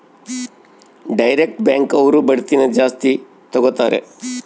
direct bank ಅವ್ರು ಬಡ್ಡಿನ ಜಾಸ್ತಿ ತಗೋತಾರೆ